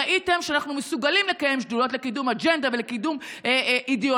ראיתם שאנחנו מסוגלים לקיים שדולות לקידום אג'נדה ולקידום אידיאולוגיה,